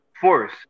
force